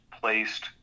placed